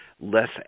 less